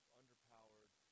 underpowered